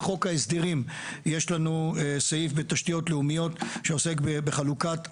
בחוק ההסדרים יש לנו סעיף בתשתיות לאומיות שעוסק בחלוקת הכנסות.